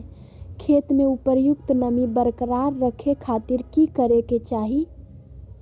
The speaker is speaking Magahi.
खेत में उपयुक्त नमी बरकरार रखे खातिर की करे के चाही?